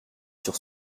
sur